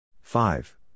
Five